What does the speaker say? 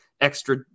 extra